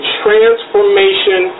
transformation